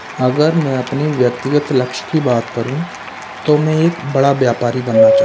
अगर मैं अपने व्यक्तिगत लक्ष की बात करूं तो मैं एक बड़ा व्यापारी बनना चाहता हूँ